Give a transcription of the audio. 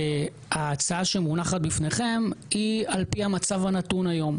ההצעה שמונחת לפניכם היא על פי המצב הנתון היום.